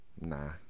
Nah